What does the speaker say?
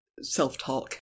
self-talk